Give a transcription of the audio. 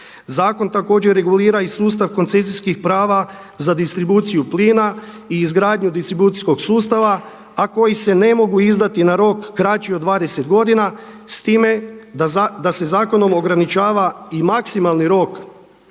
zakon također regulira i sustav koncesijskih prava za distribuciju plina i izgradnju distribucijskog sustava, a koji se ne mogu izdati na rok kraći od 20 godina s time da se zakonom ograničava i maksimalni rok